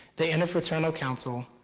the interfraternity council,